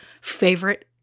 favorite